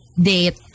date